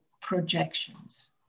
projections